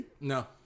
No